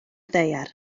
ddaear